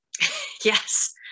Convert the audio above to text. yes